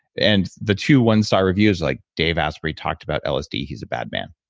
and the two one star reviews like dave asprey talked about lsd, he's a bad man.